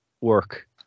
work